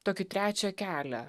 tokį trečią kelią